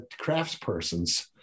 craftspersons